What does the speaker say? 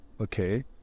okay